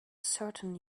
certain